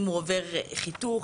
אם הוא עובר חיתוך,